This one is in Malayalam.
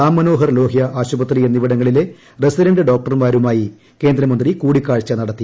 രാംമനോഹർ ലോഹ്യ ആശുപൃത്രി ക്യ്ന്നിവിടങ്ങളിലെ റസിഡന്റ് ഡോക്ടർമാരുമായി കേന്ദ്രമന്ത്രി കൂടിക്കാഴ്ച നടത്തി